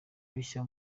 bishya